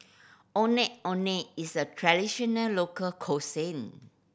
Ondeh Ondeh is a traditional local cuisine